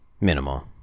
Minimal